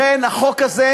לכן, החוק הזה,